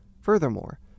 Furthermore